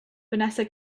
vanessa